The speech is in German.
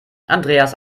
andreas